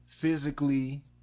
physically